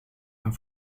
and